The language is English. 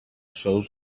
shows